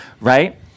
right